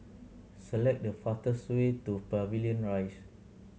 select the fastest way to Pavilion Rise